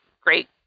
Great